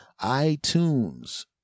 iTunes